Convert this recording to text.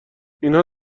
اینها